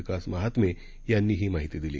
विकास महात्मे यांनी ही माहिती दिली